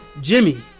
Jimmy